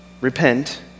repent